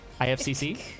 IFCC